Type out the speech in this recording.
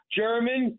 german